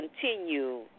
continue